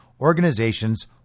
organizations